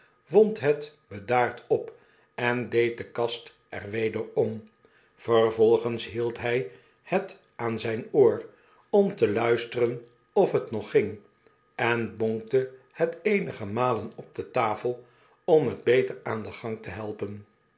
wond het bedaard op en deed de kast er weder om vervolgens hield hy het aan zyn oor om te luisteren of het nog ging en bonkte het eenige malen op de tafel om het beter aan den gang te helpen